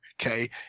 okay